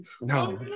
no